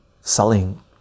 selling